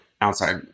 outside